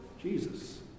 Jesus